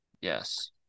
Yes